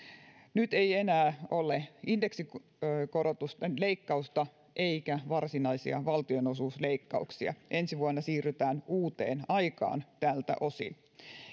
nyt ei enää ole indeksikorotusten leikkausta eikä varsinaisia valtionosuusleikkauksia ensi vuonna siirrytään uuteen aikaan tältä osin